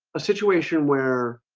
a situation where